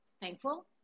thankful